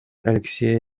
алексея